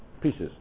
pieces